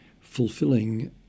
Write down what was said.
fulfilling